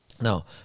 Now